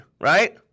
right